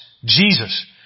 Jesus